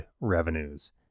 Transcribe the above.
revenues